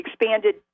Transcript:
expanded